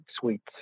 sweets